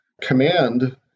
command